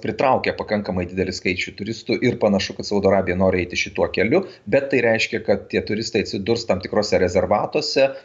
pritraukia pakankamai didelį skaičių turistų ir panašu saudo arabija nori eiti šituo keliu bet tai reiškia kad tie turistai atsidurs tam tikruose rezervatuose